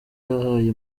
yahaye